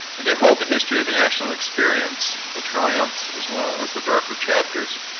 and they hold the history of the national experience, the triumphs as well as the darker chapters.